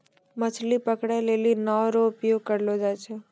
मछली पकड़ै लेली नांव रो प्रयोग करलो जाय छै